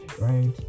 Right